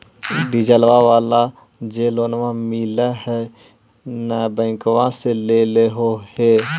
डिजलवा वाला जे लोनवा मिल है नै बैंकवा से लेलहो हे?